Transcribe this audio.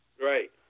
Right